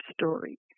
story